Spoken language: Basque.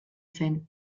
zen